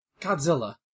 Godzilla